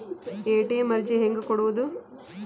ATM ಅರ್ಜಿ ಹೆಂಗೆ ಕೊಡುವುದು?